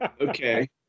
Okay